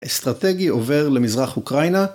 אסטרטגי עובר למזרח אוקראינה.